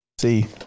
See